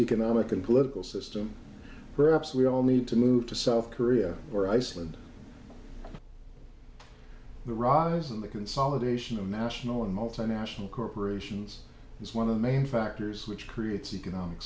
economic and political system perhaps we all need to move to south korea or iceland the rise in the consolidation of national and multinational corporations is one of the main factors which creates economic